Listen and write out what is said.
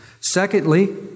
Secondly